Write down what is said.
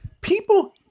people